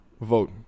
vote